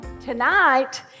Tonight